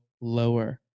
lower